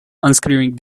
unscrewing